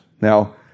Now